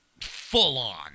full-on